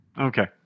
okay